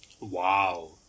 Wow